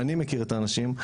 אני מכיר את האנשים,